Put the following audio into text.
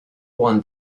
one